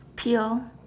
pail